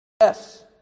Yes